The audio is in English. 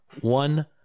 one